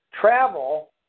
travel